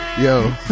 Yo